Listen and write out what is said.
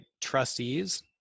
trustees